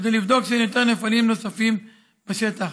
כדי לבדוק שאין נפלים נוספים בשטח.